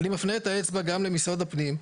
אני מפנה את האצבע גם למשרד הפנים,